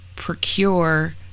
procure